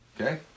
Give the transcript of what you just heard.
okay